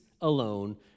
alone